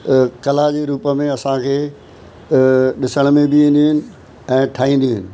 कला जे रूप में असांखे ॾिसण में बि ईंदियूं आहिनि ऐं ठाहींदियूं आहिनि